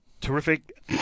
Terrific